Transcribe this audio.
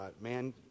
man